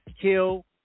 kill